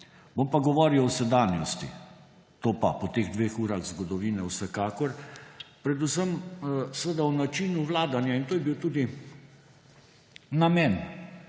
Bom pa govoril o sedanjosti. To pa po teh dveh urah zgodovine vsekakor, predvsem seveda o načinu vladanja, in to je bil tudi namen,